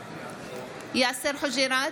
יאסר חוג'יראת,